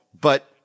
but-